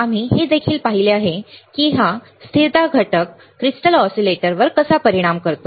आम्ही हे देखील पाहिले आहे की हा स्थिरता घटक क्रिस्टल ऑसीलेटरवर कसा परिणाम करतो